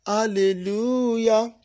Hallelujah